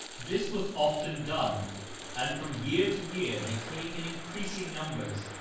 this was often done and from year to year they came in increasing numbers,